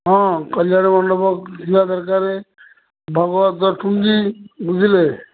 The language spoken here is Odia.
ହଁ କଲ୍ୟାଣ ମଣ୍ଡପ ଯିବା ଦରକାରେ ଭଗବତ ଟୁଙ୍ଗି ବୁଝିଲେ